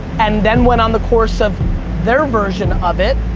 and then went on the course of their version of it,